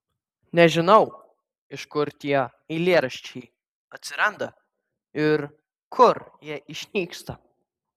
nežinau iš kur tie eilėraščiai atsiranda ir kur jie išnyksta